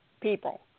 people